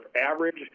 average